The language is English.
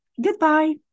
goodbye